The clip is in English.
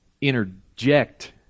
interject